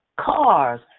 Cars